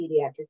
pediatric